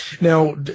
Now